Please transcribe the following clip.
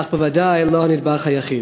אך בוודאי לא הנדבך היחיד.